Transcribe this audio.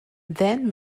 then